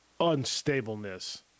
unstableness